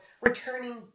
returning